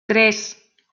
tres